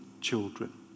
children